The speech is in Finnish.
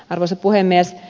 arvoisa puhemies